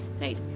Right